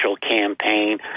campaign